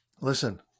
listen